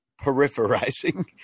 peripherizing